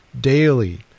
daily